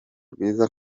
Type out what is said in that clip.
rwiza